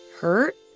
hurt